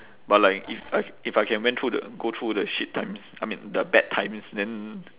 but like if I if I can went through the go through the shit times I mean the bad times then